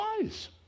wise